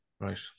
Right